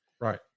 Right